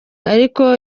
ariko